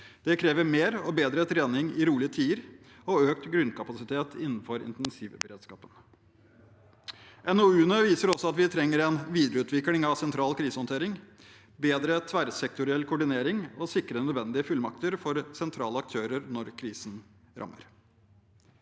Det krever mer og bedre trening i rolige tider og økt grunnkapasitet innenfor intensivberedskapen. NOU-ene viser også at vi trenger en videreutvikling av sentral krisehåndtering, bedre tverrsektoriell koordinering og å sikre nødvendige fullmakter for sentrale aktører når krisen rammer.